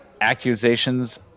Accusations